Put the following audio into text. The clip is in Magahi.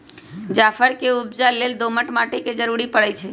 जाफर के उपजा लेल दोमट माटि के जरूरी परै छइ